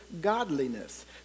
godliness